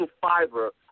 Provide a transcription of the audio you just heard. fiber